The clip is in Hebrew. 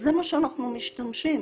זה מה שאנחנו משתמשים.